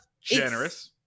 generous